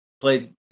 played